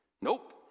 Nope